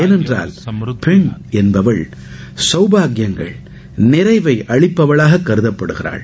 ஏனென்றால் பெண் என்பவள் சவுபாக்கியங்களின் நிறைவை அளிப்பவளாக கருதப்படுகிறார்